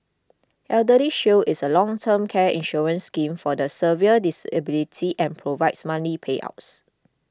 eldershield is a long term care insurance scheme for the severe disability and provides monthly payouts